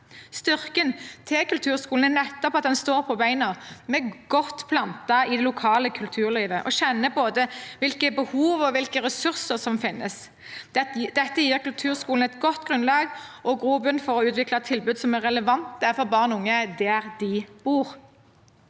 Styrken til kulturskolen er nettopp at den står med beina godt plantet i det lokale kulturlivet og kjenner både hvilke behov og hvilke ressurser som finnes. Dette gir kulturskolen et godt grunnlag og grobunn for å utvikle tilbud som er relevante for barn og unge der de bor.